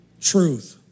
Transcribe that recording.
Truth